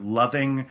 loving